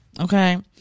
Okay